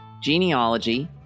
genealogy